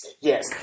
yes